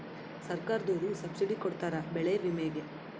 ಸರ್ಕಾರ್ದೊರು ಸಬ್ಸಿಡಿ ಕೊಡ್ತಾರ ಬೆಳೆ ವಿಮೆ ಗೇ